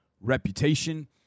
reputation